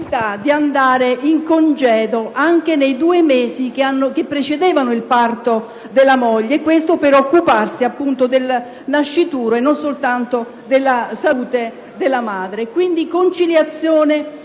di andare in congedo anche nei due mesi che precedevano il parto della moglie, e questo per occuparsi del nascituro, e non soltanto della salute della madre. Quindi, conciliazione